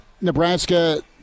Nebraska